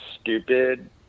stupid